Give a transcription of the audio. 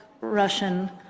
Russian